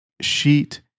sheet